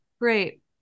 great